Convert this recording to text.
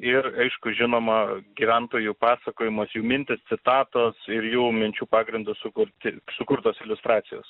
ir aišku žinoma gyventojų pasakojamos jų mintys citatos ir jų minčių pagrindu sukurti sukurtos iliustracijos